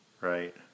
right